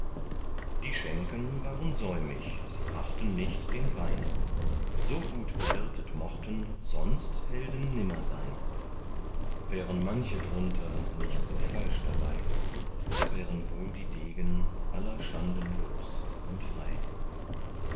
die schenken waren säumig sie brachten nicht den wein so gut bewirtet mochten sonst helden nimmer sein wären manche drunter nicht so falsch dabei so wären wohl die degen aller schanden los und frei